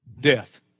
Death